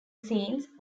scenes